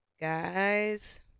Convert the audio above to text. guys